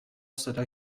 صدا